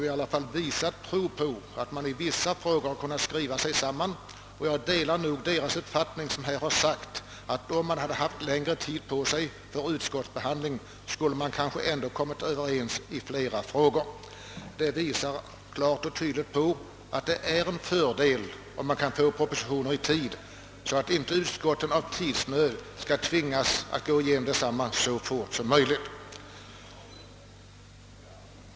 i alla fall visat prov på att man kunnat skriva ihop sig, och jag är överens med dem som menar att det kunde ha uppnåtts överensstämmelse på ännu fler punkter, om det stått mera tid till förfogande vid utskottsbehandlingen. Detta visar klart att det är en fördel att få propositionerna i tid, så att inte utskotten av tidsnöd tvingas gå igenom dem så snabbt som möjligt.